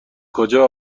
کجا